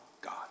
God